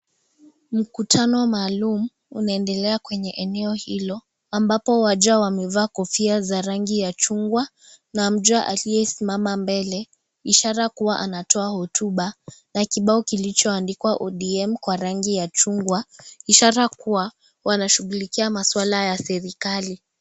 Mkutano maalum unaendelea kwenye eneo hilo ambapo wajaa wamevaa kofia ya rangi ya chungwa, na mja aliyesimama mbele ishara kuwa anatoa hotuba na kibao kilicho andikwa ODM kwa rangi ya chungwa ishara kuwa wanashughulikia maswala ya serikali.